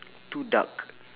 two duck